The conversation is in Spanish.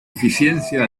eficiencia